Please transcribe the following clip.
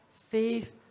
faith